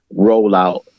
rollout